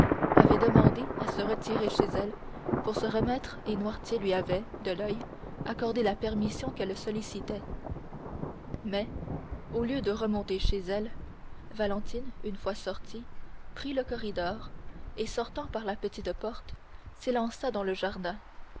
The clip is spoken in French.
avait demandé à se retirer chez elle pour se remettre et noirtier lui avait de l'oeil accordé la permission qu'elle sollicitait mais au lieu de remonter chez elle valentine une fois sortie prit le corridor et sortant par la petite porte s'élança dans le jardin